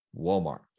walmart